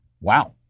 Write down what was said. Wow